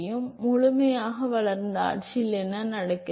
எனவே முழுமையாக வளர்ந்த ஆட்சியில் என்ன நடக்கிறது